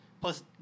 Plus